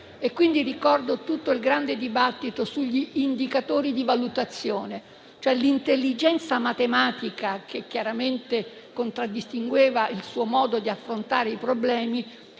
stessa. Ricordo tutto il grande dibattito sugli indicatori di valutazione. L'intelligenza matematica, che chiaramente contraddistingueva il suo modo di affrontare i problemi,